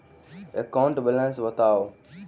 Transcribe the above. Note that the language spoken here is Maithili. एकाउंट बैलेंस बताउ